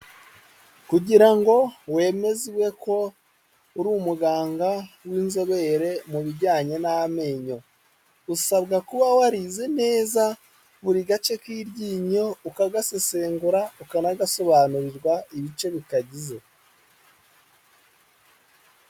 Kugira ngo wemezwe ko uri umuganga w'inzobere mu bijyanye n'amenyo, usabwa kuba warize neza buri gace k'iryinyo ukagasesengura ukanagasobanurirwa ibice bitagize.